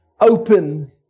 open